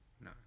No